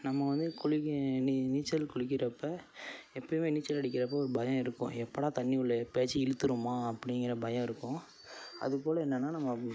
நம்ம வந்து குளிக்க நீ நீச்சல் குளிக்கிறப்போ எப்போயுமே நீச்சல் அடிக்கிறப்போ ஒரு பயம் இருக்கும் எப்படா தண்ணி உள்ள எப்பயாச்சு இழுத்துடுமா அப்படிங்கிற பயம் இருக்கும் அதுப்போல் என்னன்னால் நம்ம